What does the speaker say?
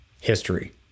history